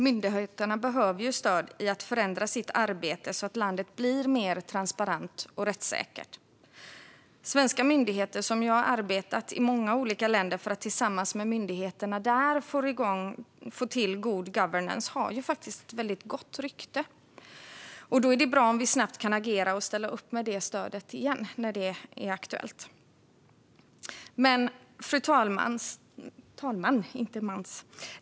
Myndigheterna behöver stöd i att förändra sitt arbete så att landet blir mer transparent och rättssäkert. Svenska myndigheter som arbetat i olika länder för att tillsammans med myndigheterna där få till good governance har ett väldigt gott rykte. Då är det bra om vi snabbt kan agera och ställa upp med det stödet igen när det är aktuellt. Fru talman!